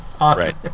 Right